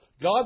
God